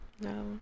no